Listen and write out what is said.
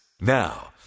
Now